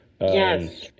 yes